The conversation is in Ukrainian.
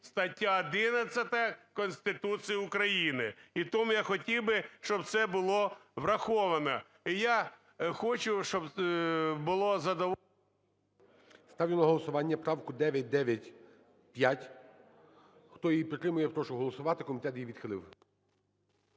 стаття 11 Конституції України. І тому я хотів би, щоб це було враховано. Я хочу, щоб було… ГОЛОВУЮЧИЙ. Ставлю на голосування правку 995. Хто її підтримує, прошу голосувати. Комітет її відхилив.